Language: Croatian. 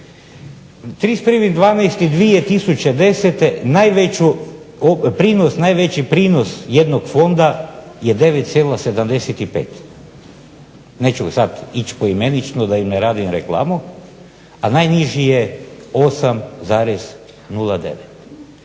31.12.2010. najveći prinos jednog fonda je 9,75. Neću sad ići poimenično da im ne radim reklamu, a najniži je 8,09.